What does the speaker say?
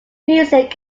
music